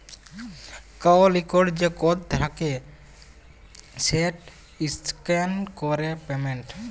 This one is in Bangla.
কাল ইকট যে কড থ্যাকে সেট ইসক্যান ক্যরে পেমেল্ট